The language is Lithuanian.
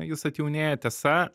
jis atjaunėja tiesa